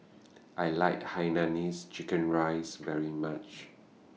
I like Hainanese Chicken Rice very much